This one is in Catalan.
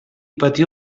patia